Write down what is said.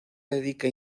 dedica